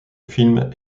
film